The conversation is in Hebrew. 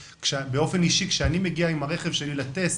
באופן אישי כשאני מגיע עם הרכב שלי לטסט,